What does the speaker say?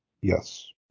Yes